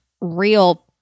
real